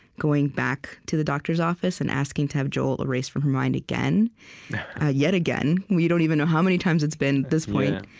going back to the doctor's office and asking to have joel erased from her mind again yet again we don't even know how many times it's been, at this point.